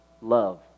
love